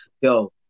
yo